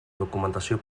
documentació